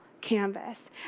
canvas